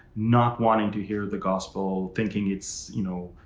not wanting to hear the gospel, thinking it's, you know,